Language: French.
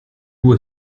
mot